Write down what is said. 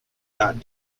not